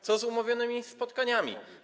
Co z umówionymi spotkaniami?